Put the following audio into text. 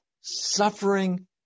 suffering